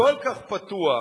כל כך פתוח,